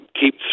keep